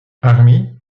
armee